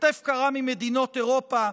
כתף קרה ממדינות אירופה,